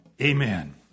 Amen